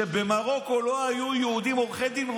שבמרוקו לא היו יהודים עורכי דין?